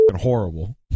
horrible